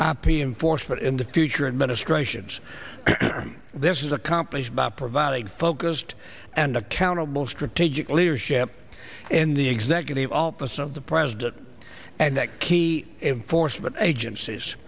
in force but in the future administrations this is accomplished by providing focused and accountable strategic leadership in the executive office of the president and that key force but agencies